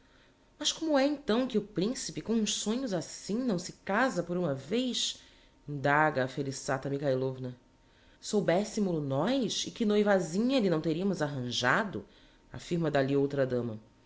mas como é então que o principe com uns sonhos assim não se casa por uma vez indaga a felissata mikhailovna soubessemol o nós e que noivazinha lhe não teriamos arranjado affirma d'ali outra dama